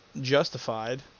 justified